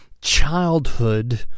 Childhood